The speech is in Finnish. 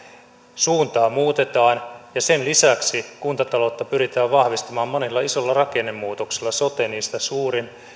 suuntaa muutetaan ja sen lisäksi kuntataloutta pyritään vahvistamaan monilla isoilla rakennemuutoksilla sote niistä suurin